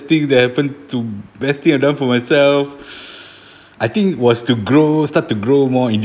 thing that happen to best thing I've done for myself I think was to grow start to grow more